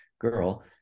girl